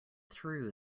threw